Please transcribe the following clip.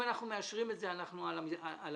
אנחנו מאשרים את זה אנחנו על המגרש.